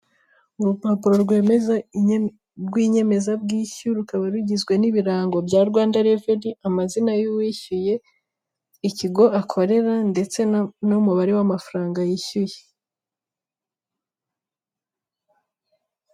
Urupapuro rw'inyemezabwishyu, rukaba rugizwe n'ibirango bya Rwanda reveni, amazina y'uwishyuye, ikigo akorera, ndetse n'umubare w'amafaranga yishyuye.